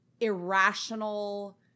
irrational